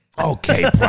Okay